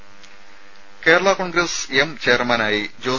രുമ കേരള കോൺഗ്രസ് എം ചെയർമാനായി ജോസ്